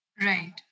Right